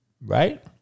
Right